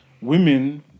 women